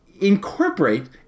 incorporate